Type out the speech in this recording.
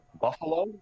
Buffalo